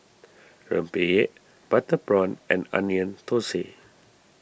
Rempeyek Butter Prawn and Onion Thosai